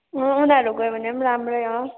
अँ उनीहरू गयो भने पनि राम्रै हो